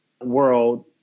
world